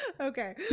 Okay